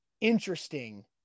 interesting